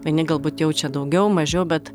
vieni galbūt jaučia daugiau mažiau bet